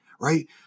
right